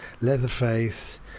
Leatherface